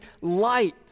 light